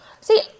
See